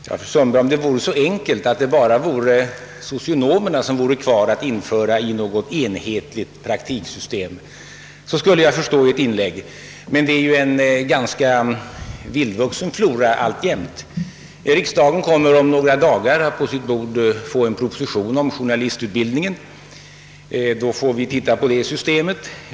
Herr talman! Om det vore så enkelt, fru Sundberg, att bara socionomerna funnes kvar att införa i något enhetligt praktiksystem, skulle jag förstå ert inlägg. Floran är emellertid alltjämt vildvuxen. Riksdagen kommer om några dagar att på sitt bord få en proposition om journalistutbildningen. Då får vi titta på det systemet.